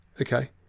okay